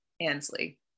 Ansley